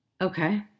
Okay